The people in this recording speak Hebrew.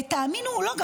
ותאמינו או לא,